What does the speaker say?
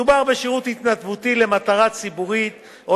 מדובר בשירות התנדבותי למטרה ציבורית או